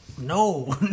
No